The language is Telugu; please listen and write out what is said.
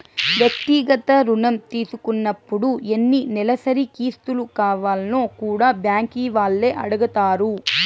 వ్యక్తిగత రుణం తీసుకున్నపుడు ఎన్ని నెలసరి కిస్తులు కావాల్నో కూడా బ్యాంకీ వాల్లే అడగతారు